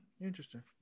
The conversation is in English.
Interesting